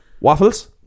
waffles